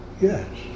Yes